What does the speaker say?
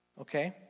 okay